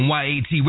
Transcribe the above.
yat